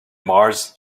mars